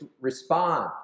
respond